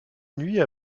nuit